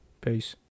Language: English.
Peace